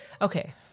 okay